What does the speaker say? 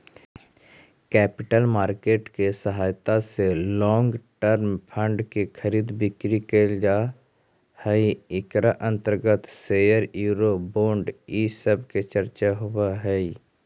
capital market के सहायता से लोंग टर्म फंड के खरीद बिक्री कैल जा हई इकरा अंतर्गत शेयर यूरो बोंड इ सब के चर्चा होवऽ हई